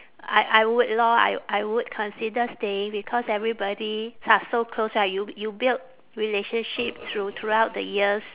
I I would lor I I would consider staying because everybody s~ so close right y~ you build relationship through~ throughout the years